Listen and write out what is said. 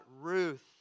Ruth